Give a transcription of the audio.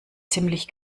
ziemlich